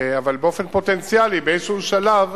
אבל באופן פוטנציאלי, באיזשהו שלב,